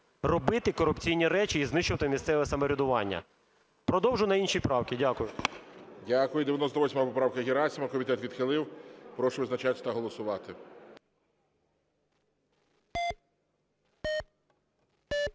робити корупційні речі і знищувати місцеве самоврядування. Продовжу на іншій правці. Дякую. ГОЛОВУЮЧИЙ. Дякую. 98 поправка, Герасимов. Комітет відхилив. Прошу визначатися та голосувати.